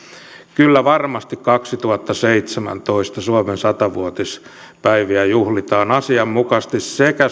kyllä varmasti kaksituhattaseitsemäntoista suomen sata vuotispäiviä juhlitaan asianmukaisesti sekä